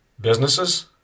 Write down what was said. businesses